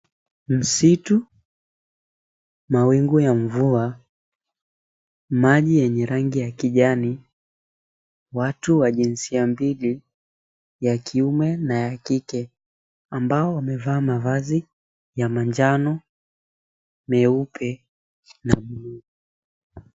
Msitu, mawingu ya mvua, maji yenye rangi ya kijani. Watu wa jinsia mbili, ya kiume na ya kike, ambao wamevaa mavazi ya manjano, meupe na buluu.